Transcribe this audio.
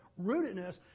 rootedness